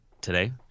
today